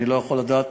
אני לא יכול לדעת,